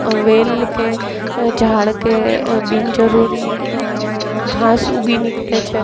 વેલ કે ઝાડ કે બિનજરૂરી ઘાંસ ઊગી નીકળે છે